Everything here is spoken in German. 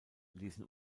ließen